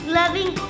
loving